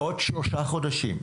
בעוד שלושה חודשים,